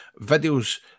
videos